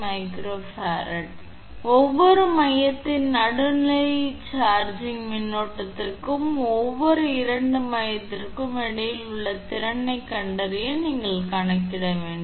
75𝜇𝐹 சரி ஒவ்வொரு மையத்தின் நடுநிலை சார்ஜிங் மின்னோட்டத்திற்கும் ஒவ்வொரு 2 மையத்திற்கும் இடையே உள்ள திறனைக் கண்டறிய நீங்கள் கணக்கிட வேண்டும்